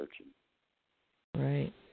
Right